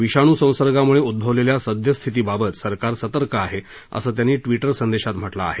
विषाणू संसर्गामुळे उदभवलेल्या सद्यस्थितीबाबत सरकार सतर्क आहे असं त्यांनी ट्वि र संदेशात म्ह लं आहे